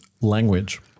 Language